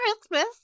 Christmas